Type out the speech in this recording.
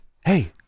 hey